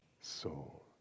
soul